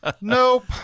Nope